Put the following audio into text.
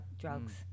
drugs